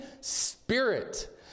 spirit